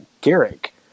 Garrick